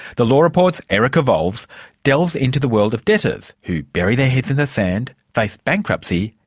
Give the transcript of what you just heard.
the law report's erica vowles delves delves into the world of debtors who bury their heads in the sand, face bankruptcy,